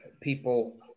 people